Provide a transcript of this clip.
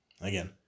again